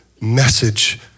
message